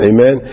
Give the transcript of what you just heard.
Amen